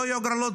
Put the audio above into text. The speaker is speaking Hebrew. לא יהיו הגרלות,